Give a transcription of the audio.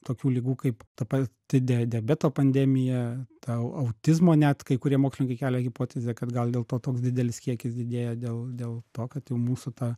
tokių ligų kaip ta pati de diabeto pandemija ta au autizmo net kai kurie mokslininkai kelia hipotezę kad gal dėl to toks didelis kiekis didėja dėl dėl to kad jau mūsų ta